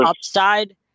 upside